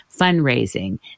fundraising